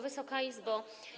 Wysoka Izbo!